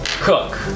Cook